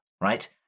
right